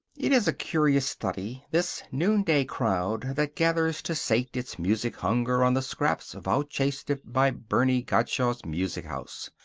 it is a curious study, this noonday crowd that gathers to sate its music hunger on the scraps vouchsafed it by bernie gottschalk's music house.